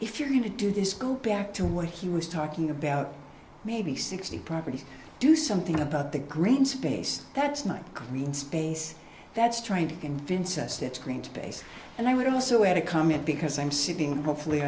if you're going to do this go back to what he was talking about maybe sixty properties do something about the green space that's nice clean space that's trying to convince us that screamed bass and i would also add a comment because i'm sipping hopefully